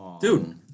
Dude